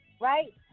Right